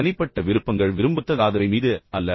தனிப்பட்ட விருப்பங்கள் விரும்பத்தகாதவை மீது அல்ல